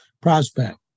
prospect